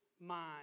mind